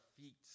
feet